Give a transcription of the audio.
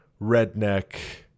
redneck